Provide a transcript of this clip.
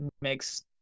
makes